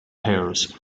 pairs